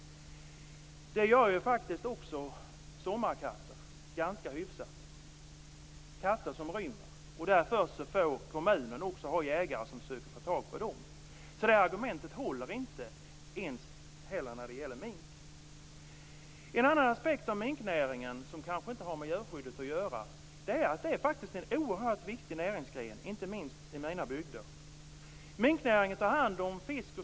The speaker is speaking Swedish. Det gör ju faktiskt också sommarkatter och katter som rymmer. I det fallet får kommunerna ha jägare som försöker att få tag på dem. Så inte heller det argumentet håller när det gäller mink. En annan aspekt på minknäringen som kanske inte har med djurskyddet att göra är att det är en oerhört viktig näringsgren, inte minst i mina hembygder.